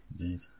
Indeed